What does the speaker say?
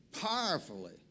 Powerfully